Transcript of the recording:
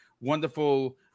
wonderful